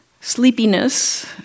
Sleepiness